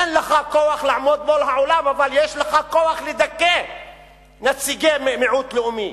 אין לך כוח לעמוד מול העולם אבל יש לך כוח לדכא נציגי מיעוט לאומי.